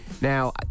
Now